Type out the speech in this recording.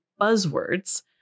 buzzwords